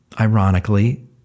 Ironically